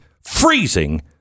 freezing